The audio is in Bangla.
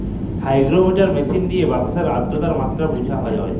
হাইগোরোমিটার মিশিল দিঁয়ে বাতাসের আদ্রতার মাত্রা বুঝা হ্যয়